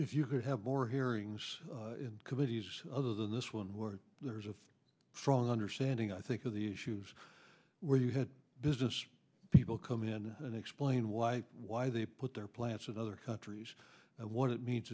if you could have more hearings in committees other than this one were letters of fraud understanding i think of the issues where you had business people come in and explain why why they put their plants with other countries and what it means